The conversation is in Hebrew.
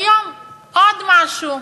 היום: עוד משהו.